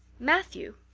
matthew,